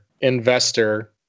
investor